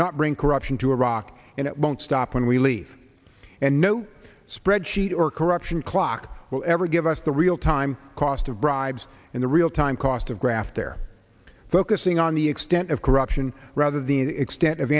not bring corruption to iraq and it won't stop when we leave and no spreadsheet or corruption clock will ever give us the real time cost of bribes and the real time cost of graft there focusing on the extent of corruption rather the extent of